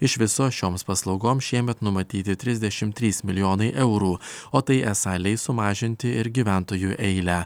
iš viso šioms paslaugoms šiemet numatyti trisdešimt trys milijonai eurų o tai esą leis sumažinti ir gyventojų eilę